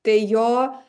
tai jo